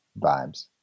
vibes